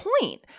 point